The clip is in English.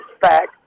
back